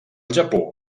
japó